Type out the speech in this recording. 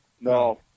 no